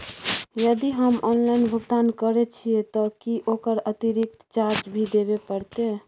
यदि हम ऑनलाइन भुगतान करे छिये त की ओकर अतिरिक्त चार्ज भी देबे परतै?